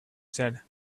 said